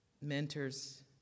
mentors